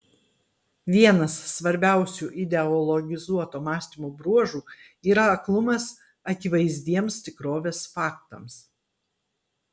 vienas svarbiausių ideologizuoto mąstymo bruožų yra aklumas akivaizdiems tikrovės faktams